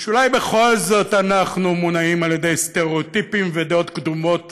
או שאולי בכל זאת אנחנו מונעים על ידי סטריאוטיפים ודעות קדומות